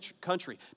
country